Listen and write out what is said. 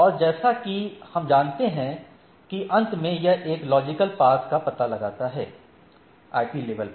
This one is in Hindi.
और जैसा कि हम जानते हैं कि अंत में यह एक लॉजिकल पाथ का पता लगाता है आईपी लेवल पर